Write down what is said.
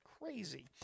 crazy